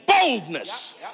boldness